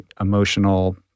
emotional